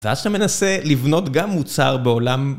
ואז כשאתה מנסה לבנות גם מוצר בעולם.